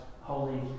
holy